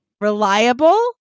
reliable